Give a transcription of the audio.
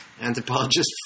anthropologist